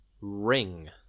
ring